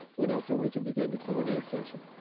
you know so we can begin the q and a session.